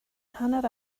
hanner